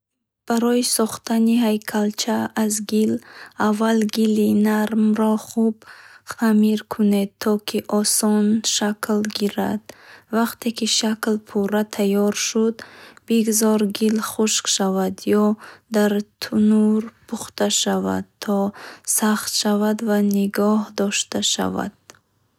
Барои сохтани ҳайкалча аз гил, аввал гили нармро хуб хамир кун, то ки осон шакл гирад. Вақте ки шакл пурра тайёр шуд, бигзор гил хушк шавад ё дар танӯр пухта шавад, то сахт шавад ва нигоҳ дошта шавад.